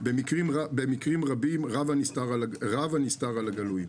במקרים רבים, רב הנסתר על הגלוי.